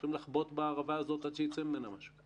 צריכים לחבוט בערבה הזאת עד שייצא ממנה משהו.